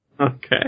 Okay